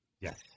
Yes